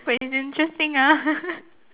but it's interesting ah